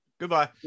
Goodbye